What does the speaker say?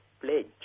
pledge